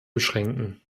beschränken